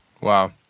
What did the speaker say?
Wow